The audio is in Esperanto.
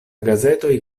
gazetoj